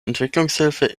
entwicklungshilfe